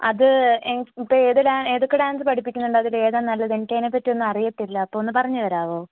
അത് ഇപ്പോള് ഏത് ഏതൊക്കെ ഡാൻസ് പഠിപ്പിക്കുന്നുണ്ട് അതില് ഏതാണു നല്ലത് എനക്കതിനെ പറ്റിയൊന്നും അറിയത്തില്ല അപ്പോള് ഒന്നു പറഞ്ഞുതരാമോ